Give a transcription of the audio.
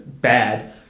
bad